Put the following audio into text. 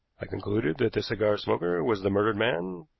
i concluded that the cigar smoker was the murdered man,